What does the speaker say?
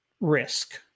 risk